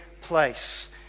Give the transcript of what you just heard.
place